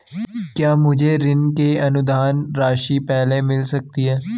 क्या मुझे ऋण की अनुदान राशि पहले मिल सकती है?